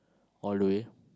all the way